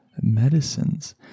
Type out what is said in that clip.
medicines